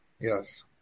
Yes